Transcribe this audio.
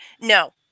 No